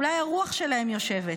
אולי הרוח שלהם יושבת.